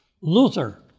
Luther